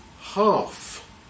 half